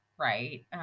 right